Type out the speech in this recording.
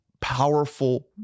powerful